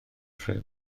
rhyw